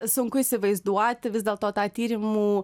sunku įsivaizduoti vis dėlto tą tyrimų